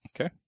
Okay